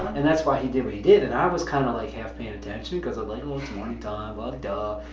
and that's why he did what he did, and i was kind of like half paying attention because i'm like it's morning time, la de da,